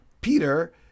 peter